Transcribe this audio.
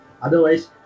Otherwise